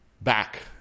back